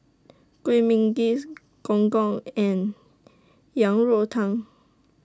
Kuih Manggis Gong Gong and Yang Rou Tang